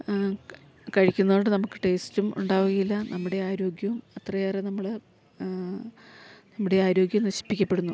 കഴിക്കുന്നുണ്ട് നമുക്ക് ടേസ്റ്റും ഉണ്ടാവുകയില്ല നമ്മുടെ ആരോഗ്യവും അത്രയേറെ നമ്മള് നമ്മുടെ ആരോഗ്യം നശിപ്പിക്കപ്പെടുന്നു